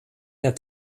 der